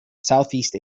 southeast